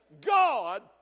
God